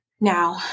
Now